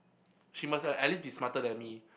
three months right at least be smarter than me